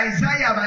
Isaiah